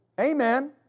Amen